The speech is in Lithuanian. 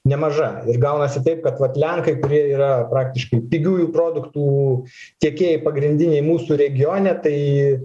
nemaža ir gaunasi taip kad vat lenkai kurie yra praktiškai pigiųjų produktų tiekėjai pagrindiniai mūsų regione tai